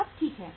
तब ठीक है